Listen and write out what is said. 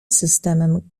systemem